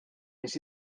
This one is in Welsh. nes